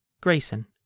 Grayson